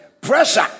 pressure